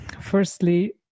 Firstly